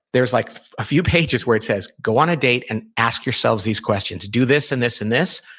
there's like a few pages where it says, go on a date and ask yourselves these questions. do this and this and this.